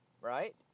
right